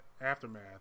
Aftermath